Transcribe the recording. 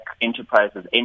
enterprises